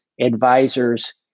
advisors